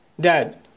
Dad